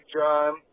John